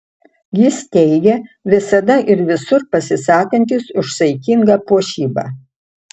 jis teigia visada ir visur pasisakantis už saikingą puošybą